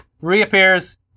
reappears